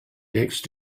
next